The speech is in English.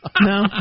no